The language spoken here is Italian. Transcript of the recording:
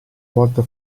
volta